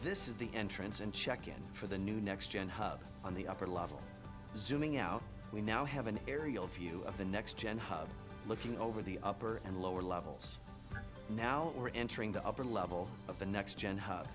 this is the entrance and check in for the new next gen hub on the upper level zooming out we now have an aerial view of the next gen hub looking over the upper and lower levels now we're entering the upper level of the next gen h